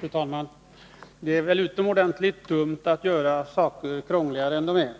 Fru talman! Det är väl utomordentligt dumt att göra saker krångligare än de är.